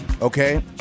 okay